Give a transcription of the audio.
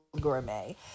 gourmet